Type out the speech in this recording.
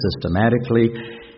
systematically